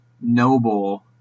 noble